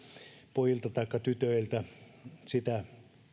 pojilta taikka tytöiltä sitä